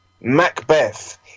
Macbeth